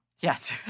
Yes